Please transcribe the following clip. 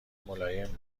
ملایم